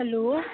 hello